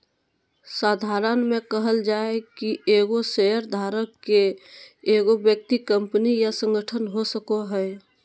साधारण में कहल जाय कि एगो शेयरधारक के एगो व्यक्ति कंपनी या संगठन हो सको हइ